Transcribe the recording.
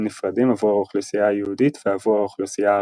נפרדים עבור האוכלוסייה היהודית ועבור האוכלוסייה הערבית.